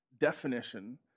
definition